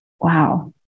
Wow